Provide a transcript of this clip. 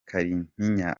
kalimpinya